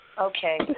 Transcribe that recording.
Okay